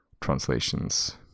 translations